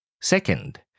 Second